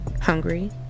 Hungry